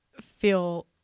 feel